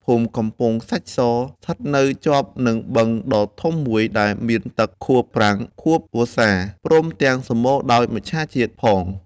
ភូមិ កំពង់ខ្សាច់ស ស្ថិតនៅជាប់នឹងបឹងដ៏ធំមួយ ដែលមានទឹកខួបប្រាំងខួបវស្សា ព្រមទាំងសម្បូរដោយមច្ឆជាតិផង។